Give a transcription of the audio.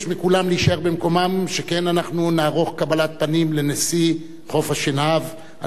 שכן אנחנו נערוך קבלת פנים לנשיא חוף-השנהב הנמצא כאן ביציע,